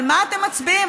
על מה אתם מצביעים?